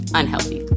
unhealthy